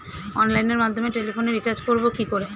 অনলাইনের মাধ্যমে টেলিফোনে রিচার্জ করব কি করে?